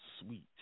sweet